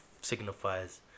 signifies